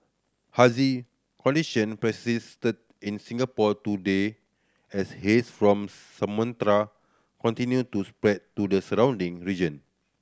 hazy condition persisted in Singapore today as haze from Sumatra continued to spread to the surrounding region